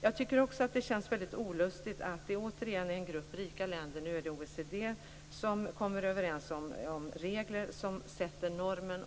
Jag tycker också att det känns väldigt olustigt att det återigen är en grupp rika länder, nu är det OECD, som kommer överens om regler som sätter normerna.